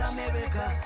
America